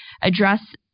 address